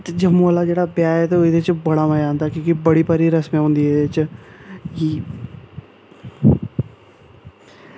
जम्मू आह्ला जेह्ड़ा ब्याह् च ते ओह्दे च बड़ा मज़ा औंदा की के बड़ी भारी रसमांह् होंदियां एह्दे च